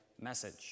message